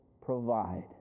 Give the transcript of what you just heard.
provide